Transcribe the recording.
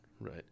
right